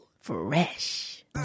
fresh